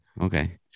Okay